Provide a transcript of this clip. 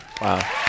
Wow